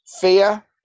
fear